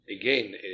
again